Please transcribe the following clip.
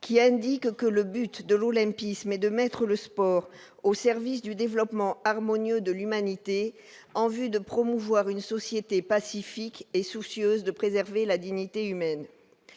qui a indiqué que le but de l'olympisme et de mettre le sport au service du développement harmonieux de l'humanité en vue de promouvoir une société pacifique et soucieuse de préserver la dignité humaine,